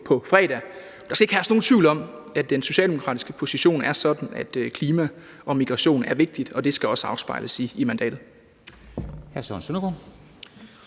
på fredag. Der skal ikke herske nogen tvivl om, at den socialdemokratiske position er sådan, at klima og migration er vigtigt, og det skal også afspejles i mandatet.